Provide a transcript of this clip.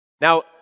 Now